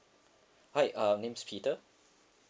hi uh name's peter